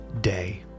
day